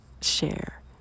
share